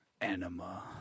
*Anima*